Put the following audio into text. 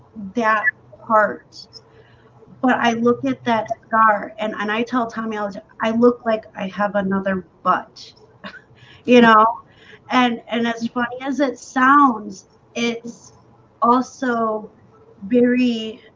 that part but i look at that car and and i tell tommy ah i look like i have another but you know and and as funny as it sounds it's also very